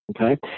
okay